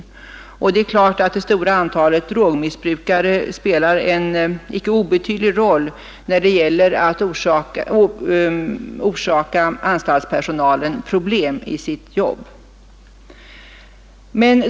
127 Det är givet att det stora antalet drogmissbrukare spelar en icke obetydlig roll när det gäller att orsaka anstaltspersonalen problem i dess arbete.